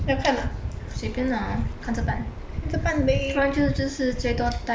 随便啊看着办不然就就是最多带一个 sleeping bag orh